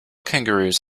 kangaroos